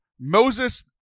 Moses